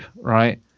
right